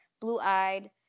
blue-eyed